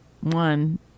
One